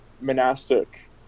monastic